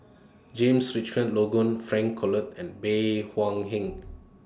James Richardson Logan Frank Cloutier and Bey Hua Heng